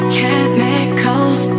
Chemicals